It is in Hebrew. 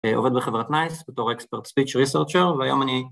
עובד בחברת נייס בתור אקספרט ספיצ' ריסרצ'ר והיום אני